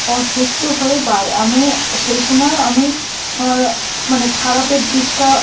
অসুস্থ হয়ে বাড় আমি সেই সময়ও আমি মানে খারাপের দিকটা